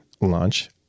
launch